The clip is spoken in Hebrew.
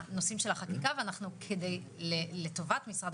מנכ"ל משרד